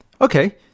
Okay